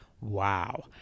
Wow